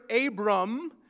Abram